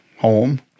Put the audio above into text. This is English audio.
Home